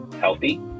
healthy